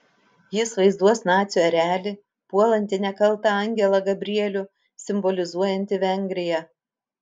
jis vaizduos nacių erelį puolantį nekaltą angelą gabrielių simbolizuojantį vengriją